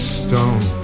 stone